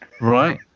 Right